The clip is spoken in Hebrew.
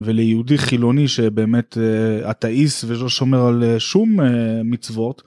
וליהודי חילוני שבאמת אטאיסט ולא שומר על שום מצוות